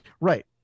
Right